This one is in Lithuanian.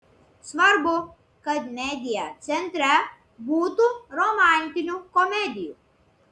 svarbu kad media centre būtų romantinių komedijų